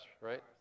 right